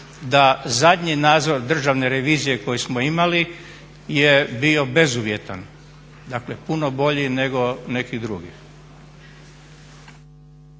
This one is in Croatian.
da zadnji nadzor Državne revizije koji smo imali je bio bezuvjetan, dakle puno bolji nego neki drugi.